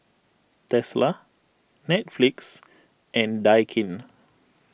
Tesla Netflix and Daikin